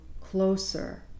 closer